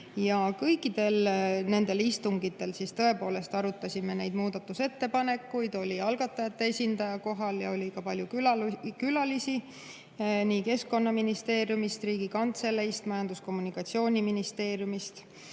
Kõikidel nendel istungitel tõepoolest arutasime neid muudatusettepanekuid. Oli algatajate esindaja kohal ja oli ka palju külalisi nii Keskkonnaministeeriumist, Riigikantseleist kui ka Majandus- ja Kommunikatsiooniministeeriumist.